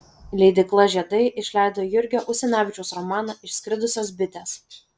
leidykla žiedai išleido jurgio usinavičiaus romaną išskridusios bitės